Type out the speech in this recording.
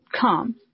come